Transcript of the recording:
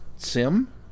Sim